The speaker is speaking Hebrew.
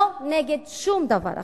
לא נגד שום דבר אחר.